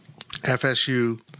FSU